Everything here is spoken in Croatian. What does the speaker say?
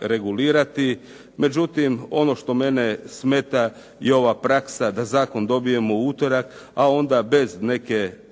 regulirati, međutim ono što mene smeta je ova praksa da zakon dobijemo u utorak, a onda bez neke osobite